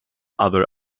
other